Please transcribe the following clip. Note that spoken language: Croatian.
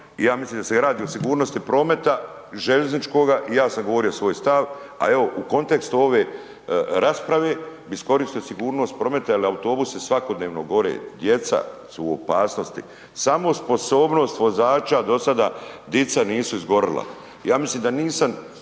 ja mislim da se radi o sigurnosti prometa željezničkoga i ja sam govorio svoj stav, a evo u kontekstu ove rasprave bi iskoristio sigurnost prometa jel autobusi svakodnevno gore. Djeca su u opasnosti, samo sposobnost vozača do sada dica nisu izgorila. Ja mislim da nisam